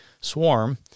swarm